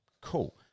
cool